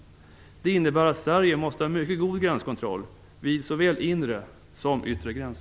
Det innebär att Sverige måste ha en mycket god gränskontroll vid såväl inre som yttre gräns.